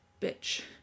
bitch